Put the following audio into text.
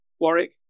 Warwick